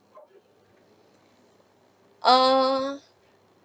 err